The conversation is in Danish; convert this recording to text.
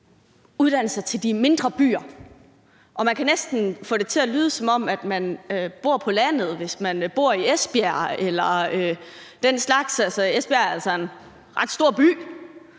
uddannelser til de mindre byer, og det kan næsten lyde, som om man bor på landet, hvis man bor i Esbjerg eller den slags. Esbjerg er altså en ret stor by,